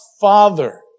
Father